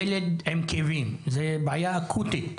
ילד עם כאבים זה בעיה אקוטית.